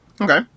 Okay